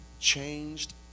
changed